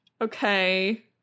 Okay